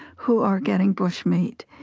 who are getting bush meat.